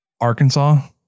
Arkansas